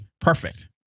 perfect